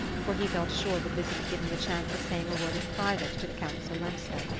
for he felt sure the visit would give him the chance of saying a word in private to the countess olenska.